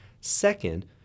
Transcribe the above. Second